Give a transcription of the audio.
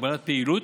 הגבלת פעילות),